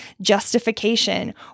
justification